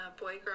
boy-girl